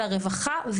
על הרווחה,